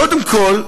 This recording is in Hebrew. קודם כול,